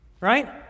right